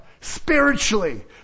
spiritually